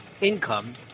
income